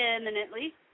imminently